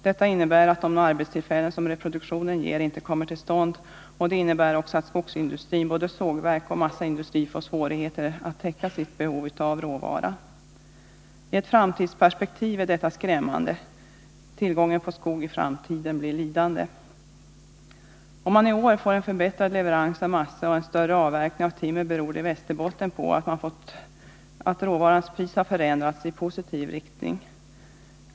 Detta innebär att de arbetstillfällen som reproduktionen kan ge inte kommer till stånd, och det innebär också att skogsindustrin — både sågverk och massaindustri — får svårigheter att täcka sitt behov av råvara. I ett framtidsperspektiv är detta skrämmande. Tillgången på skog i framtiden blir lidande. Nr 24 Om man i år får en förbättrad leverans av massa och en större avverkning Fredagen den av timmer beror det i Västerbotten på att råvarans pris har förändrats i positiv — 14 november 1980 riktning.